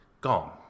gone